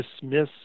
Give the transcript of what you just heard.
dismiss